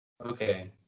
Okay